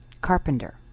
Carpenter